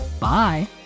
Bye